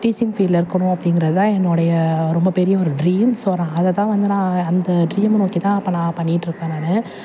teaching ஃபீல்ட்டில் இருக்கணும் அப்படிங்கிறது தான் என்னுடைய ரொம்ப பெரிய ஒரு ட்ரீம் ஸோ நான் அதை தான் வந்து நான் அந்த ட்ரீமை நோக்கி தான் அப்போ நான் பண்ணிக்கிட்டு இருக்கேன் நான்